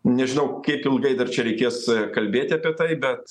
nežinau kiek ilgai dar čia reikės kalbėti apie tai bet